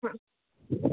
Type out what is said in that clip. हॅं